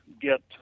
get